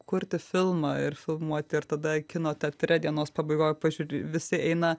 kurti filmą ir filmuoti ir tada kino teatre dienos pabaigoj pažiūri visi eina